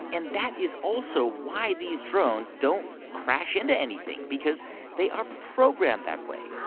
and that is also why these drones don't crash into anything because they are programmed that way.